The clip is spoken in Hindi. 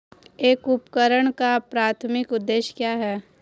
एक उपकरण का प्राथमिक उद्देश्य क्या है?